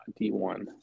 D1